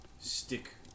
Stick